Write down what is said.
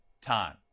time